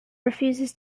refuses